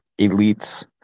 elites